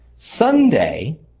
Sunday